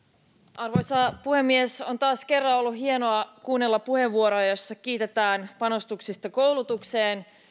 arvoisa puhemies on taas kerran ollut hienoa kuunnella puheenvuoroja joissa kiitetään panostuksista koulutukseen